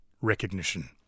recognition